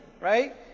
right